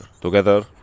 together